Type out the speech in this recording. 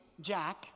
Jack